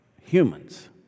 humans